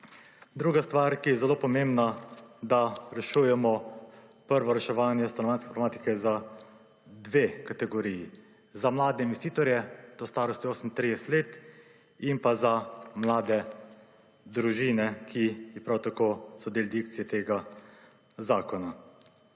Druga stvar, ki je zelo pomembna, da rešujemo prvo reševanje stanovanjske problematike za dve kategoriji: za mlade investitorje do starosti 38 let in pa za mlade družine, ki prav tako, so del dikcije tega zakona.